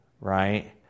right